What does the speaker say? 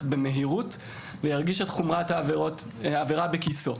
במהירות וירגיש את חומרת העבירה בכיסו.